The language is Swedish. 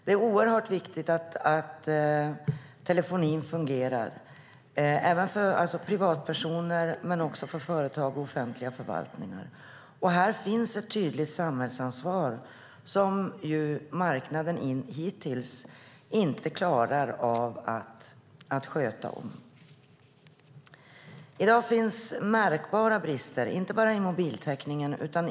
Det är oerhört viktigt att telefonin fungerar för privatpersoner men också för företag och för offentliga förvaltningar. Här finns ett tydligt samhällsansvar, men marknaden har hittills inte klarat att sköta detta. I dag finns märkbara brister, inte bara i fråga om mobiltäckningen.